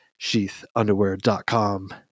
SheathUnderwear.com